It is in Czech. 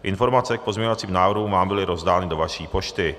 Informace k pozměňovacím návrhům vám byly rozdány do vaší pošty.